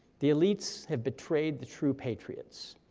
the elites have betrayed the true patriots.